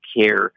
care